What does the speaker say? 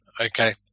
okay